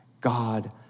God